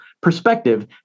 perspective